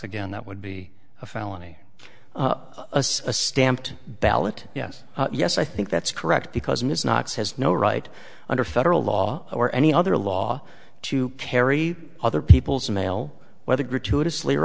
again that would be a felony a stamped ballot yes yes i think that's correct because ms knox has no right under federal law or any other law to carry other people's mail whether gratuitously or